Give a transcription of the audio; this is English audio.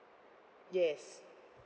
yes